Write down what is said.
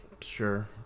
Sure